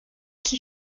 qui